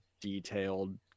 detailed